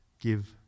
Give